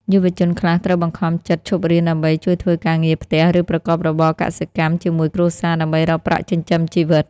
យុវជនខ្លះត្រូវបង្ខំចិត្តឈប់រៀនដើម្បីជួយធ្វើការងារផ្ទះ ឬប្រកបរបរកសិកម្មជាមួយគ្រួសារដើម្បីរកប្រាក់ចិញ្ចឹមជីវិត។